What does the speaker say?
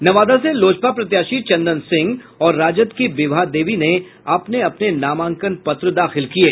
नवादा से लोजपा प्रत्याशी चंदन सिंह और राजद की विभा देवी ने अपने अपने नामांकन पत्र दाखिल किये